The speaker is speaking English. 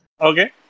Okay